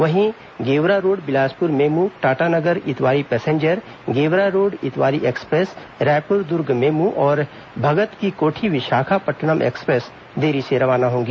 वहीं Gevra road Bilaspur MEMU Tatanagar Itwari मेम passenger Gevra road Itwari express Raipur Durg MEMU और भगत की कोठी विशाखापट्नम एक्सप्रेस देरी से रवाना होंगी